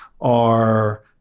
are-